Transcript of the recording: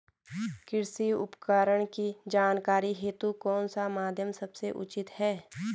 कृषि उपकरण की जानकारी हेतु कौन सा माध्यम सबसे उचित है?